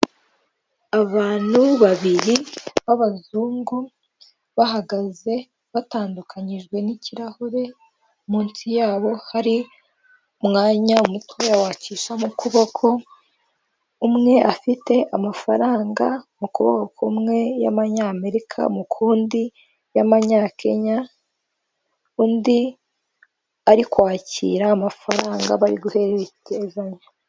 Abantu babiri b'abazungu, bahagaze batandukanyijwe n'ikirahure, munsi yabo hari umwanya muto wacishamo ukuboko, umwe afite amafaranga mu kuboko kumwe y'abanyamerika, mu kundi y'abanyakenya, undi ari kwakira amafaranga bari guhererezanya.